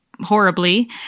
horribly